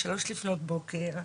בשלוש לפנות בוקר,